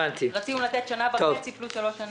רצינו לתת שנה וחצי פלוס שלוש שנים.